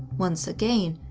once again,